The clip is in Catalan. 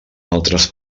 altres